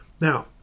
Now